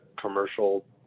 commercial